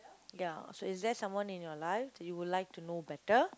ya so is there someone in your life that you would like to know better